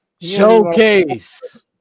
showcase